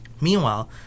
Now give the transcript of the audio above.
Meanwhile